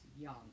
young